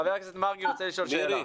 ח"כ מרגי רוצה לשאול שאלה.